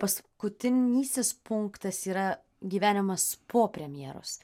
paskutinysis punktas yra gyvenimas po premjeros